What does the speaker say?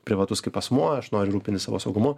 privatus kaip asmuo aš noriu rūpintis savo saugumu